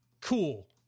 cool